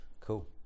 cool